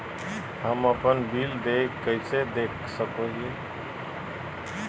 हम अपन बिल देय कैसे देख सको हियै?